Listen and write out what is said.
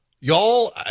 Y'all